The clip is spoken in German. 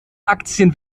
aktien